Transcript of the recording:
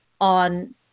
on